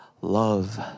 love